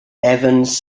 evans